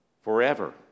forever